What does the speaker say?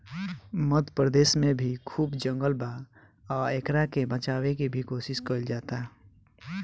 मध्य प्रदेश में भी खूब जंगल बा आ एकरा के बचावे के भी कोशिश कईल जाता